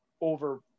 over